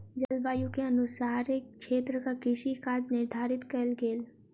जलवायु के अनुसारे क्षेत्रक कृषि काज निर्धारित कयल गेल